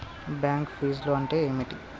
Bank ఫీజ్లు అంటే ఏమిటి?